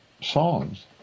songs